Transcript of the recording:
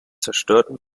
zerstörten